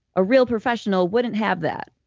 a real professional wouldn't have that.